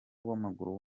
w’amaguru